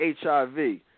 HIV